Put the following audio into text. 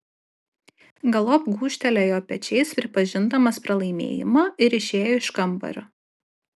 galop gūžtelėjo pečiais pripažindamas pralaimėjimą ir išėjo iš kambario